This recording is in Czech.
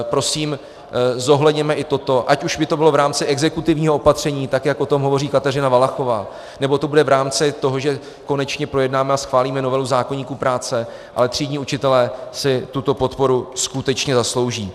Prosím, zohledněme i toto, ať už by to bylo v rámci exekutivního opatření, tak jak o tom hovoří Kateřina Valachová, nebo to bude v rámci toho, že konečně projednáme a schválíme novelu zákoníku práce, ale třídní učitelé si tuto podporu skutečně zaslouží.